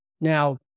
Now